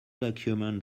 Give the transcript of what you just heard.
document